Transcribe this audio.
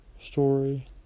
story